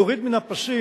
תוריד מן הפסים,